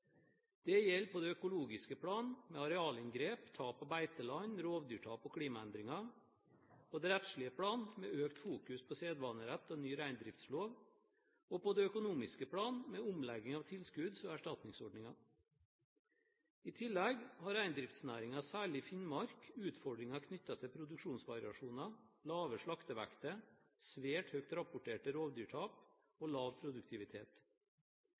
Dette gjelder på det økologiske plan med arealinngrep, tap av beiteland, rovdyrtap og klimaendringer, på det rettslige plan med økt fokus på sedvanerett og ny reindriftslov og på det økonomiske plan med omlegging av tilskudds- og erstatningsordninger. I tillegg har reindriftsnæringen, særlig i Finnmark, utfordringer knyttet til produksjonvariasjoner, lave slaktevekter, svært høye rapporterte rovdyrtap og lav produktivitet.